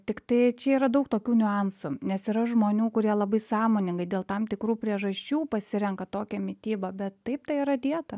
tiktai čia yra daug tokių niuansų nes yra žmonių kurie labai sąmoningai dėl tam tikrų priežasčių pasirenka tokią mitybą bet taip tai yra dieta